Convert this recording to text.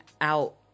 out